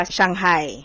Shanghai